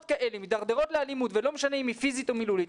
כאלה מתדרדרות לאלימות ולא משנה אם היא פיזית או מילולית,